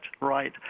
right